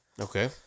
Okay